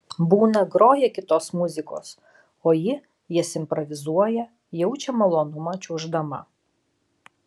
būna groja kitos muzikos o ji jas improvizuoja jaučia malonumą čiuoždama